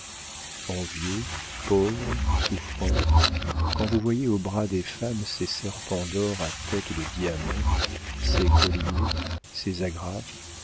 envieux pauvres souffrants quand vous voyez aux bras des femmes ces serpents d'or à têtes de diamant ces colliers ces agrafes